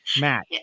Matt